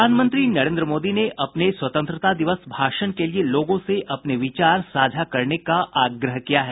प्रधानमंत्री नरेन्द्र मोदी ने अपने स्वतंत्रता दिवस भाषण के लिए लोगों से अपने विचार साझा करने का आग्रह किया है